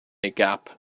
gap